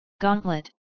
Gauntlet